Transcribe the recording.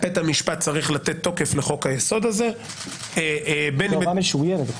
בית המשפט צריך לתת תוקף לחוק היסוד הזה --- הוראה משוריינת,